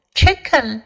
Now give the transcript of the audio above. Chicken